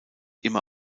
immer